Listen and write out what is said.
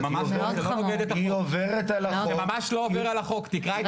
היא עוברת על החוק.